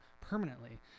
permanently